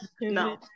no